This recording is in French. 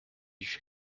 chez